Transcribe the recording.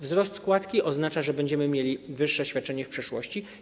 Wzrost składki oznacza, że będziemy mieli wyższe świadczenie w przyszłości.